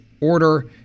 order